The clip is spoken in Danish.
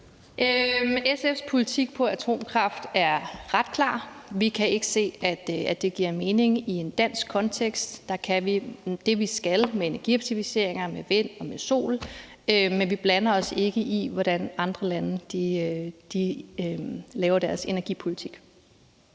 SF's politik på atomkraft er ret klar. Vi kan ikke se, at det giver mening i en dansk kontekst. Det, vi skal med energieffektiviseringer, er med vind og med sol, men vi blander os ikke i, hvordan andre lande laver deres energipolitik.